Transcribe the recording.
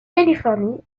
californie